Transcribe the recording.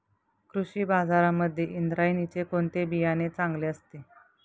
कृषी बाजारांमध्ये इंद्रायणीचे कोणते बियाणे चांगले असते?